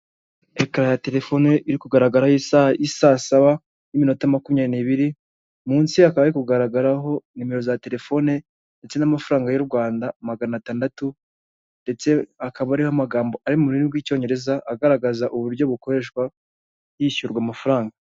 Ekara ya terefone iri kugaragaraho isaha y' i saa saba y'iminota makumya n'ibiri, munsi hakaba hari kugaragaraho nimero za terefone ndetse n'amafaranga y'u Rwanda magana atandatu ndetse hakaba hariho amagambo ari mu rurimi rw'Icyongereza, agaragaza uburyo bukoreshwa hishyurwa amafaranga.